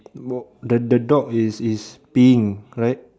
no then the dog is is peeing right